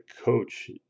coach